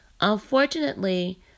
Unfortunately